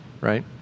right